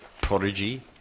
prodigy